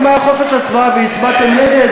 ואם היה חופש הצבעה והצבעתם נגד,